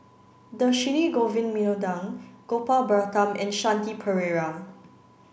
Dhershini Govin Gopal Baratham and Shanti Pereira